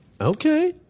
Okay